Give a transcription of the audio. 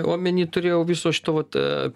omeny turėjau viso šito vat